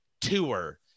tour